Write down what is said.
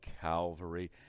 Calvary